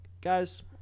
guys